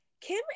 Kim